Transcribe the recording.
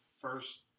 first